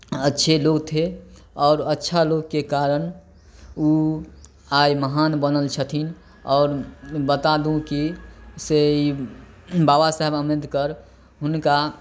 अच्छे लोग थे आओर अच्छा लोगके कारण ओ आइ महान बनल छथिन आओर बता दू कि से ई बाबा साहेब अम्बेदकर हुनका